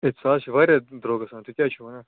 ہے سُہ حظ چھُ واریاہ درٛوٚگ گَژھان تُہۍ کیاہ حظ چھِو وَنان